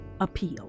appeal